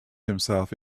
himself